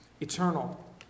eternal